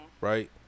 right